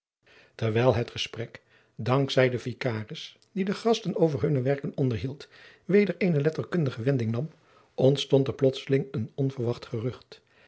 terwijl het gesprek dank zij den vicaris die de gasten over hunne werken onderhield weder eene letterkundige wending nam ontstond er plotseling een onverwacht gerucht